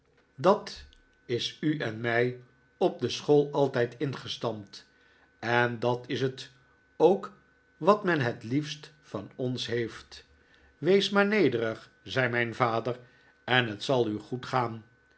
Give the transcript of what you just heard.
dat is u en mij op de school altijd ingestampt en dat is het david copperfield ook wat men het liefst van ons heeft wees maar nederig zei mijn vader en het zal u goed gaan